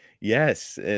Yes